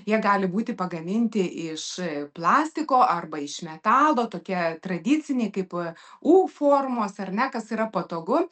jie gali būti pagaminti iš plastiko arba iš metalo tokie tradiciniai kaip u formos ar ne kas yra patogu